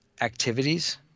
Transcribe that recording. activities